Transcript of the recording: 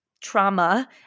trauma